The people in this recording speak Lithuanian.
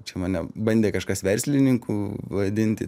čia mane bandė kažkas verslininku vadinti